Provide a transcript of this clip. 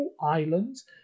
Islands